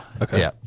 Okay